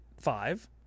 Five